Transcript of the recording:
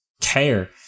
care